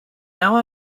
now